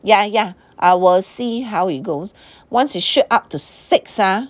ya ya I will see how it goes once it shoot up to six ah